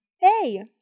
Hey